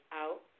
out